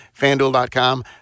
fanduel.com